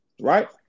Right